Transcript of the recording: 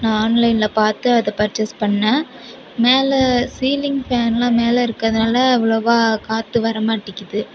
நான் ஆன்லைனில் பார்த்து அதை பர்சேஸ் பண்ணேன் மேலே சீலிங் ஃபேன்லாம் மேலே இருக்கறதுனால் அவ்வளோவா காற்று வர மாட்டிக்கிது